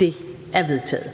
Det er vedtaget.